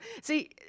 See